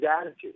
attitude